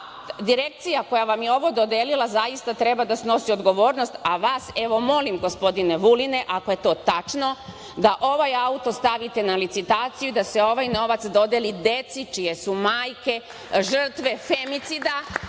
Direkcija koja vam je ovo dodelila zaista treba da snosi odgovornost, a vas molim, gospodine Vuline, ako je to tačno, da ovaj auto stavite na licitaciju, da se ovaj novac dodeli deci čije su majke žrtve femicida